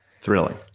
thrilling